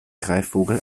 greifvogel